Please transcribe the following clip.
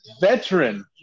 veteran